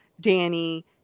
Danny